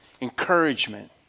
encouragement